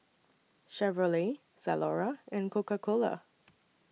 Chevrolet Zalora and Coca Cola